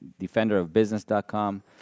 defenderofbusiness.com